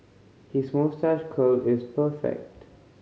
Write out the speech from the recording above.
his moustache curl is perfect